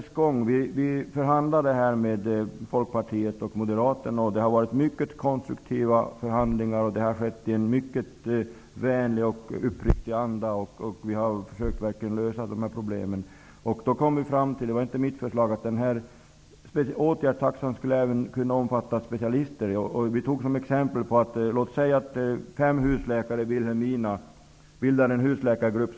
Vi förhandlade här med Folkpartiet och Moderaterna. Det har varit mycket konstruktiva förhandlingar och de har skett i en mycket vänlig och uppriktig anda. Vi har verkligen försökt att lösa dessa problem. Vi kom då fram till -- det var inte mitt förslag -- att åtgärdstaxan även skulle kunna omfatta specialister. Låt oss säga att fem husläkare i Vilhelmina bildar en husläkargrupp.